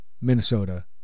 Minnesota